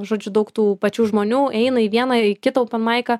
žodžiu daug tų pačių žmonių eina į vieną kitą openmaiką